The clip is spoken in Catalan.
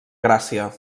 gràcia